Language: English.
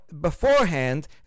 beforehand